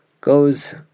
goes